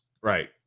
Right